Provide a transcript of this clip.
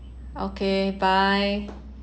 okay bye